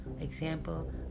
example